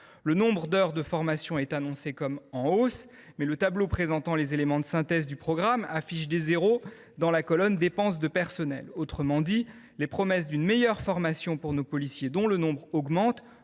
Le nombre d’heures de formation est annoncé comme étant « en hausse », mais le tableau présentant les éléments de synthèse du programme affiche des zéros dans la colonne des dépenses de personnel. Autrement dit, les promesses d’une meilleure formation pour nos policiers, dont le nombre augmente,